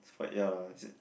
but ya is it